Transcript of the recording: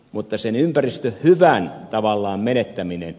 mutta sen ympäristö hyvän ja vallan menettäminen